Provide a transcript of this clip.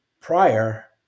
prior